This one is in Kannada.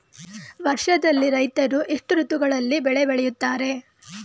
ವರ್ಷದಲ್ಲಿ ರೈತರು ಎಷ್ಟು ಋತುಗಳಲ್ಲಿ ಬೆಳೆ ಬೆಳೆಯುತ್ತಾರೆ?